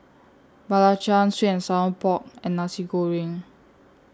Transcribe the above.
Belacan Sweet and Sour Pork and Nasi Goreng